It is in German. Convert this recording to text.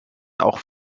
auch